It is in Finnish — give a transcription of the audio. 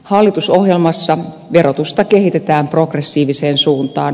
hallitusohjelmassa verotusta kehitetään progressiiviseen suuntaan